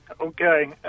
Okay